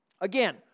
Again